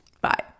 Bye